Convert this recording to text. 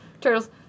turtles